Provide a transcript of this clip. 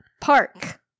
park